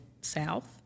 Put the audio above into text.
south